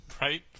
right